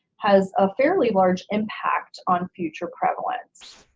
has a fairly large impact on future prevalence.